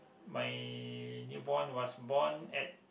my newborn was born at